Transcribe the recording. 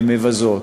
הן מבזות.